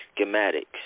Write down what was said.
schematics